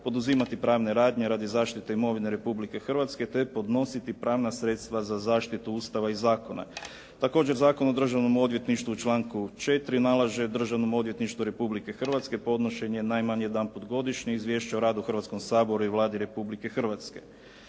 poduzimati pravne radnje radi zaštite imovine Republike Hrvatske, te podnositi pravna sredstava za zaštitu Ustava i zakon. Također Zakon o Državnom odvjetništvu u članku 4. nalaže Državnom odvjetništvu Republike Hrvatske podnošenje najmanje jedanput godišnje izvješće o radu u Hrvatskom saboru i Vladi Republike Hrvatske.